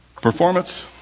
Performance